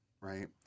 Right